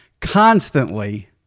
constantly